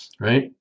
right